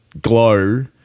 glow